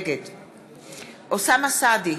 נגד אוסאמה סעדי,